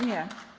Nie?